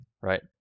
right